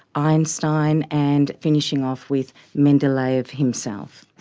einstein and finishing off with mendeleev himself.